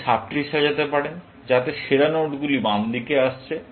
আপনি sub tree সাজাতে পারেন যাতে সেরা নোডগুলি বাম দিকে আসছে